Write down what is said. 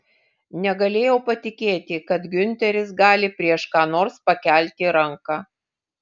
negalėjau patikėti kad giunteris gali prieš ką nors pakelti ranką